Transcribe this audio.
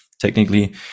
technically